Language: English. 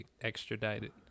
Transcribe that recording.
extradited